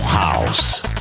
house